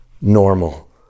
normal